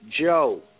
Joe